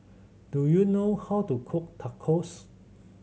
do you know how to cook Tacos